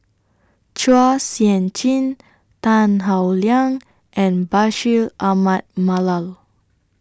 Chua Sian Chin Tan Howe Liang and Bashir Ahmad Mallal